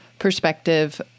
perspective